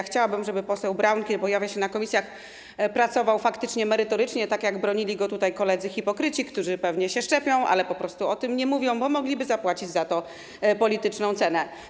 Chciałabym, żeby poseł Braun, kiedy pojawia się na posiedzeniach komisji, pracował faktycznie merytorycznie, tak jak mówili, bronili go tutaj koledzy hipokryci, którzy pewnie się zaszczepili, ale po prostu o tym nie mówią, bo mogliby zapłacić za to polityczną cenę.